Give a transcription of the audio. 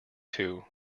two